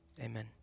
amen